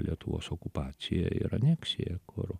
lietuvos okupaciją ir aneksiją kur